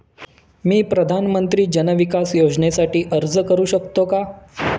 मी प्रधानमंत्री जन विकास योजनेसाठी अर्ज करू शकतो का?